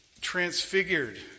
transfigured